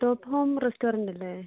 dot home റെസ്റ്റോറൻ്റല്ലേ